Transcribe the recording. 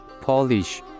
Polish